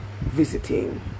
visiting